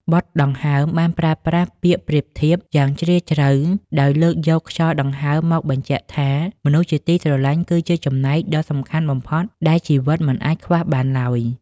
បទ "ដង្ហើម" បានប្រើប្រាស់ពាក្យប្រៀបធៀបយ៉ាងជ្រាលជ្រៅ ដោយលើកយកខ្យល់ដង្ហើមមកបញ្ជាក់ថា មនុស្សជាទីស្រឡាញ់គឺជាចំណែកដ៏សំខាន់បំផុតដែលជីវិតមិនអាចខ្វះបានឡើយ។